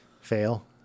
Fail